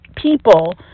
people